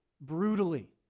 brutally